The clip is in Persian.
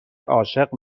عاشق